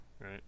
right